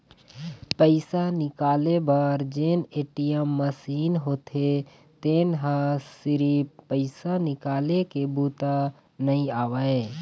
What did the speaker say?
पइसा निकाले बर जेन ए.टी.एम मसीन होथे तेन ह सिरिफ पइसा निकाले के बूता नइ आवय